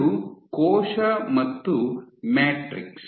ಇದು ಕೋಶ ಮತ್ತು ಮ್ಯಾಟ್ರಿಕ್ಸ್